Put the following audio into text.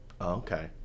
Okay